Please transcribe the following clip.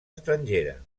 estrangera